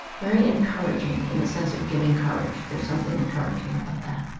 very encouraging in the sense of giving courage. there's something encouraging about that